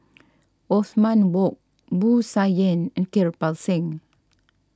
Othman Wok Wu Tsai Yen and Kirpal Singh